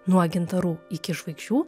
nuo gintarų iki žvaigždžių